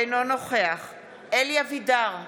אינו נוכח אלי אבידר,